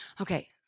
Okay